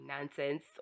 nonsense